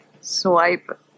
swipe